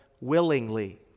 willingly